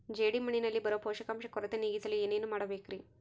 ಜೇಡಿಮಣ್ಣಿನಲ್ಲಿ ಬರೋ ಪೋಷಕಾಂಶ ಕೊರತೆ ನೇಗಿಸಲು ಏನು ಮಾಡಬೇಕರಿ?